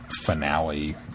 finale